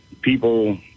people